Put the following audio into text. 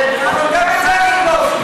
גם את זה אתם לא מסכימים לעשות.